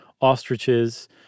ostriches